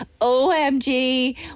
OMG